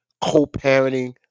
co-parenting